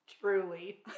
Truly